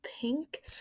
pink